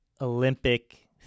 Olympic